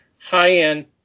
high-end